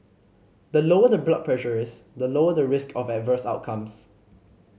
the lower the blood pressure is the lower the risk of adverse outcomes